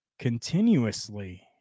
continuously